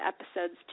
episodes